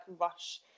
rush